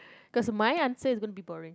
because mine answer is gone be boring